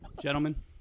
Gentlemen